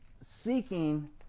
seeking